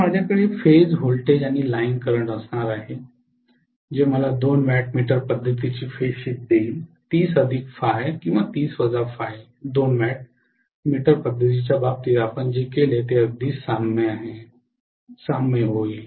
तर माझ्याकडे phase voltage आणि लाईन करंट असणार आहे जे मला दोन वॅट मीटर पद्धतीची फेज शिफ्ट देईल किंवा 2 वॅट मीटर पद्धतीच्या बाबतीत आपण जे केले ते ते अगदीच साम्य होईल